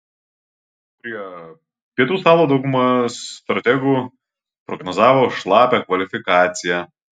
prie pietų stalo dauguma strategų prognozavo šlapią kvalifikaciją